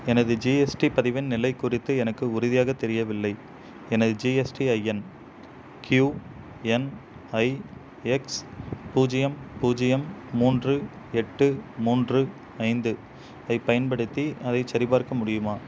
எனது ஜிஎஸ்டி பதிவின் நிலை குறித்து எனக்கு உறுதியாக தெரியவில்லை எனது ஜிஎஸ்டிஐஎன் க்யூஎன்ஐஎக்ஸ் பூஜ்ஜியம் பூஜ்ஜியம் மூன்று எட்டு மூன்று ஐந்து ஐப் பயன்படுத்தி அதைச் சரிபார்க்க முடியுமா